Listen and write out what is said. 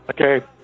Okay